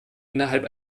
innerhalb